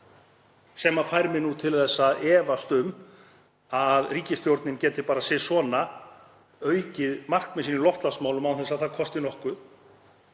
sem fær mig til að efast um að ríkisstjórnin geti bara sisvona aukið markmið sín í loftslagsmálum án þess að það kosti nokkuð.